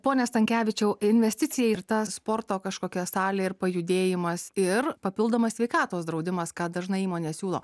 pone stankevičiau investicija ir tą sporto kažkokią salę ir pajudėjimas ir papildomas sveikatos draudimas ką dažnai įmonės siūlo